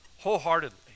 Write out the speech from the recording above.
Wholeheartedly